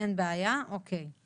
אין בעיה, אוקי.